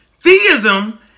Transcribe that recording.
Theism